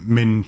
Men